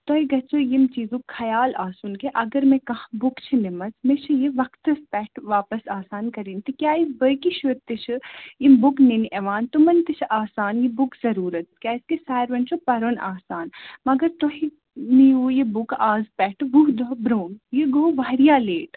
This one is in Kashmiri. تۄہہِ گَژھِوٕ ییٚمہِ چیٖزُک خَیال آسُن کہِ اگر مےٚ کانٛہہ بُک چھِ نِمٕژ مےٚ چھِ یہِ وَقتَس پٮ۪ٹھ واپَس آسان کَرٕنۍ تِکیاز باقٕے شُرۍ تہِ چھِ یِم بُک نِنہِ یِوان تِمَن تہِ چھِ آسان یہِ بُک ضروٗرَت کیازکہِ سارِونی چھُ پَرُن آسان مگر تۄہہِ نیٖوٕ یہِ بُک آز پٮ۪ٹھ وُہ دۄہ برٛونٛٹھ یہِ گوٚو واریاہ لیٹ